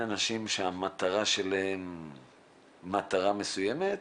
אנשים שהמטרה שלהם מטרה מסוימת,